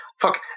Fuck